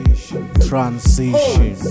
transition